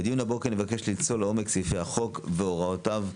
בדיון הבוקר נבקש לצלול לעומק סעיפי החוק והוראותיו השונות.